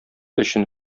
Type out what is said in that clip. өчен